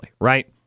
right